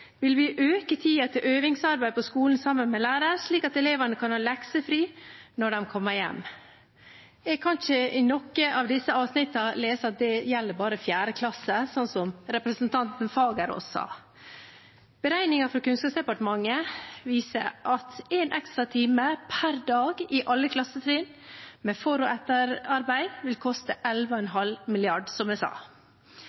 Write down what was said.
øvingsarbeid på skolen sammen med lærer, slik at elevene kan ha leksefri når de kommer hjem.» Jeg kan ikke av noen av disse setningene lese at det gjelder bare 4. klasse, som representanten Fagerås sa. Beregninger fra Kunnskapsdepartementet viser at en ekstra time per dag i alle klassetrinn med for- og etterarbeid vil koste